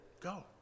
Go